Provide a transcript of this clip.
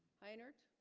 hi nert